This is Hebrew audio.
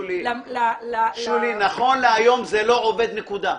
שולי, נכון להיום זה לא עובד, נקודה.